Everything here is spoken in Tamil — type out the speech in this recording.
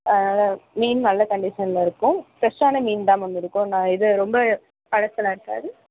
அதனால் மீன் நல்ல கன்டிஸனில் இருக்கும் ஃப்ரெஷ்ஷான மீன் தான் மேம் இருக்கும் ந இது ரொம்ப பழசுலாம் இருக்காது